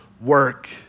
work